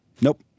nope